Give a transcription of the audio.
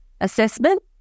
assessment